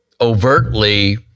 overtly